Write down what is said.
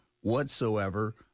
whatsoever